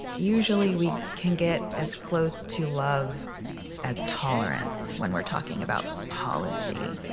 usually we can get as close to love as tolerance when we're talking about policy,